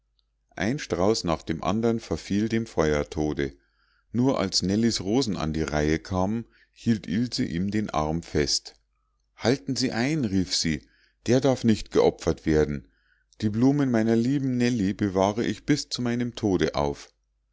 ein strauß nach dem andern verfiel dem feuertode nur als nellies rosen an die reihe kamen hielt ilse ihm den arm fest halten sie ein rief sie der darf nicht geopfert werden die blumen meiner lieben nellie bewahre ich bis zu meinem tode auf